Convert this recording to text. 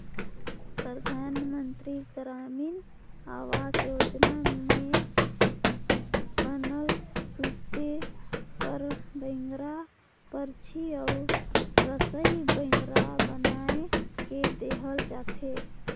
परधानमंतरी गरामीन आवास योजना में बनल सूते कर बइंगरा, परछी अउ रसई बइंगरा बनाए के देहल जाथे